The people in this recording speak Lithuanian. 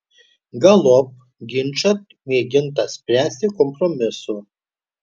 galop ginčą mėginta spręsti kompromisu